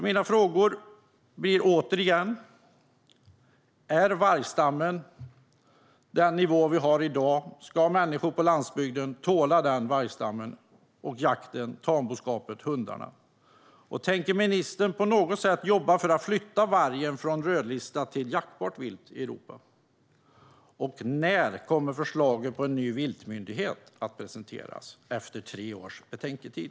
Mina frågor blir återigen: Ska människor på landsbygden tåla den nivå på vargstammen som vi har i dag med tanke på jakten, tamboskapen och hundarna? Tänker ministern på något sätt jobba för att flytta vargen från att vara rödlistad till att vara jaktbart vilt i Europa? När kommer förslaget om en ny viltmyndighet att presenteras, efter tre års betänketid?